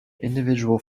individual